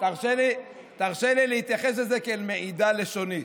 תרשה לי להתייחס לזה כאל מעידה לשונית.